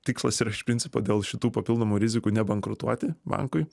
tikslas yra iš principo dėl šitų papildomų rizikų nebankrutuoti bankui